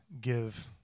give